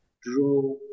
draw